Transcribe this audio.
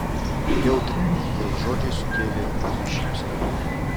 jautriai jos žodžiai sukėlė klifui šypseną